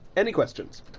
any questions?